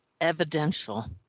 evidential